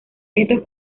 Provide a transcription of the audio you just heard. estos